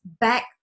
back